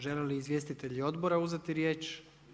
Žele li izvjestitelji odbora uzeti riječ?